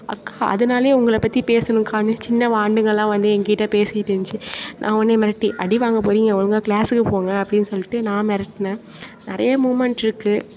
அக்கா அதனாலையே உங்களை பற்றி பேசணும்கானு சின்ன வாண்டுங்கள்லாம் வந்து எங்கிட்ட பேசிட்ருந்துச்சி நான் ஒடனே மிரட்டி அடி வாங்க போகறிங்க ஒழுங்காக கிளாஸுக்கு போங்க அப்படின் சொல்லிட்டு நான் மிரட்னேன் நிறைய மூமெண்ட்டிருக்கு